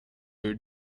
your